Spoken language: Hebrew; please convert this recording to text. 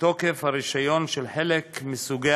תוקף הרישיון של חלק מסוגי